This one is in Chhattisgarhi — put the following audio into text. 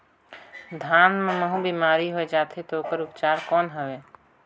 धान मां महू बीमारी होय जाथे तो ओकर उपचार कौन हवे?